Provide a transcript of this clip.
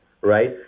right